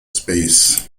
space